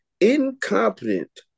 incompetent